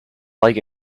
like